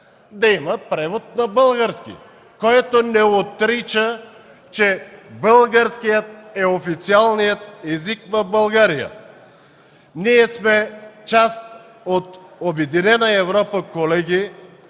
да има превод на български, което не отрича, че българският е официалният език в България. Ние сме част от обединена Европа, колеги,